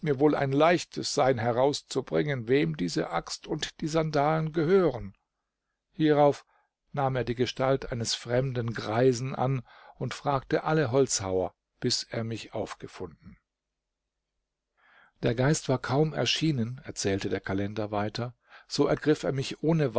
wohl ein leichtes sein herauszubringen wem diese axt und die sandalen gehören hierauf nahm er die gestalt eines fremden greisen an und fragte alle holzhauer bis er mich aufgefunden der geist war kaum erschienen erzählte der kalender weiter so ergriff er mich ohne